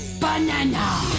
Banana